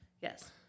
Yes